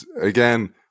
again